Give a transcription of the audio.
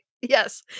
Yes